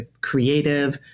creative